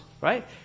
right